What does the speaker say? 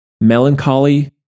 melancholy